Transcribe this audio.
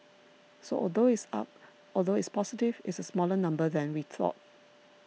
so although it's up although it's positive it's a smaller number than we thought